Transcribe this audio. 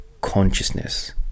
consciousness